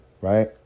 right